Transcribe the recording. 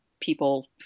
people